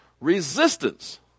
Resistance